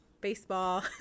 baseball